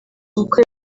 uko